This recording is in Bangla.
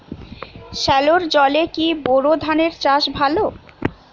সেলোর জলে কি বোর ধানের চাষ ভালো?